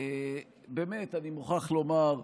באמת אני מוכרח לומר,